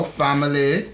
family